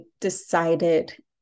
decided